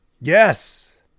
Yes